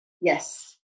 Yes